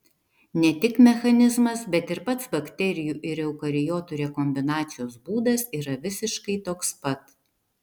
ne tik mechanizmas bet ir pats bakterijų ir eukariotų rekombinacijos būdas yra visiškai toks pat